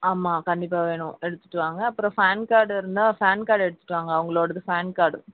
ஆமாம் கண்டிப்பாக வேணும் எடுத்துகிட்டு வாங்க அப்புறோம் பேன் கார்டு இருந்தால் பேன் கார்டு எடுத்துகிட்டு வாங்க அவங்களோடது பேன் கார்டு